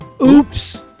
Oops